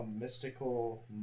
mystical